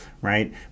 right